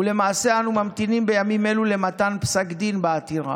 ולמעשה אנו ממתינים בימים אלו למתן פסק דין בעתירה.